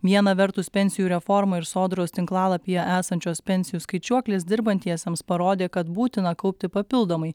vieną vertus pensijų reforma ir sodros tinklalapyje esančios pensijų skaičiuoklės dirbantiesiems parodė kad būtina kaupti papildomai